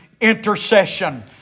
intercession